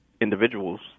individuals